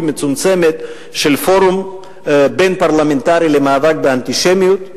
מצומצמת של פורום בין-פרלמנטרי למאבק באנטישמיות.